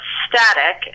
static